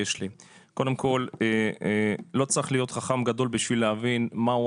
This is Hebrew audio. לא צריך להיות חכם גדול בשביל להבין מה הוא